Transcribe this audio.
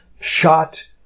shot